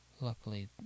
Luckily